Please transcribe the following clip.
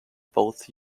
both